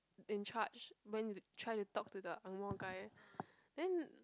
in charge went to the try to talk to the angmoh guy then